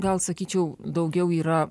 gal sakyčiau daugiau yra